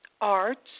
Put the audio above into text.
arts